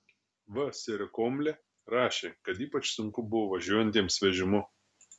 v sirokomlė rašė kad ypač sunku buvo važiuojantiems vežimu